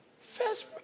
first